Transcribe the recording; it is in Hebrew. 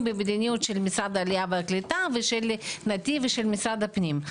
במדיניות של משרד העלייה והקליטה ושל נתיב של משרד הפנים.